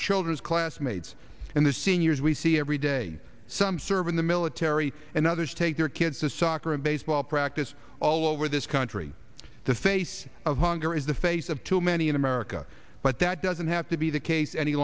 children's classmates and the seniors we see every day some serve in the military and others take their kids to soccer and baseball practice all over this country the face of hunger is the face of too many in america but that doesn't have to be the case any